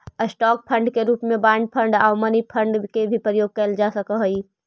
stock fund के रूप में बॉन्ड फंड आउ मनी फंड के भी प्रयोग कैल जा हई